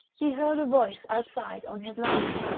he heard a voice outside on his landing.